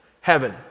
heaven